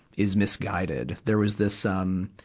is misguided. there was this, um,